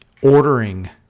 ordering